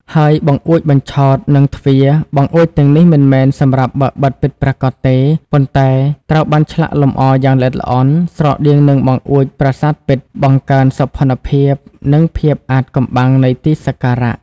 ហើយបង្អួចបញ្ឆោត និងទ្វារ បង្អួចទាំងនេះមិនមែនសម្រាប់បើកបិទពិតប្រាកដទេ ប៉ុន្តែត្រូវបានឆ្លាក់លម្អយ៉ាងល្អិតល្អន់ ស្រដៀងនឹងបង្អួចប្រាសាទពិត បង្កើនសោភ័ណភាព និងភាពអាថ៌កំបាំងនៃទីសក្ការៈ។